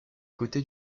côtés